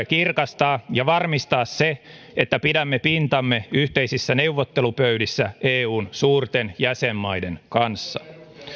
kirkastaa ja varmistaa se että pidämme pintamme yhteisissä neuvottelupöydissä eun suurten jäsenmaiden kanssa